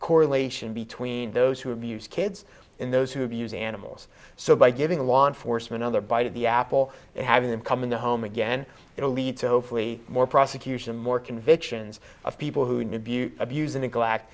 correlation between those who abuse kids in those who abuse animals so by giving law enforcement other bite of the apple and having them come in the home again it will lead to hopefully more prosecution more convictions of people who abuse or neglect